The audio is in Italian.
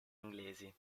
inglesi